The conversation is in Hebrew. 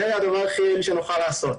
זה הדבר הכי יעיל שנוכל לעשות.